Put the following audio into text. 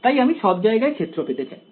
তাই আমি সব জায়গায় ক্ষেত্র পেতে চাই